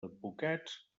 advocats